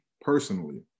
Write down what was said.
personally